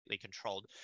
controlled